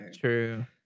True